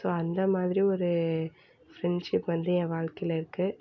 so அந்த மாதிரி ஒரு ஃப்ரெண்ட்ஷிப் வந்து என் வாழ்க்கையில் இருக்குது